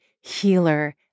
healer